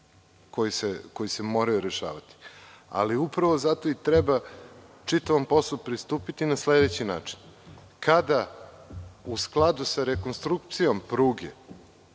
koji se moraju rešavati, ali upravo zato i treba čitavom takvom poslu pristupiti na sledeći način. Kada u skladu sa rekonstrukcijom pruge